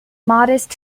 modest